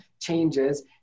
changes